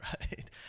right